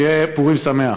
שיהיה פורים שמח.